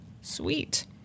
sweet